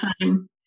time